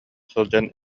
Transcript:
сылдьан